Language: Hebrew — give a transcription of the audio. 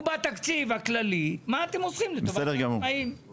ובתקציב הכללי, לטובת העצמאים?